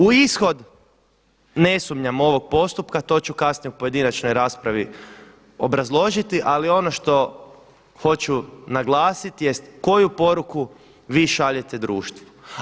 U ishod ne sumnjam ovog postupka, to ću kasnije u pojedinačnoj raspravi obrazložiti, ali ono što hoću naglasiti jest koju poruku vi šaljete društvu?